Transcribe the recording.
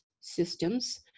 systems